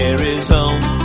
Arizona